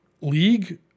league